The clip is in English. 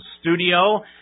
studio